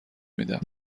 میدم